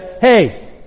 hey